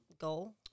goal